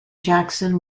jackson